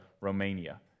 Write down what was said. Romania